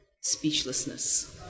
speechlessness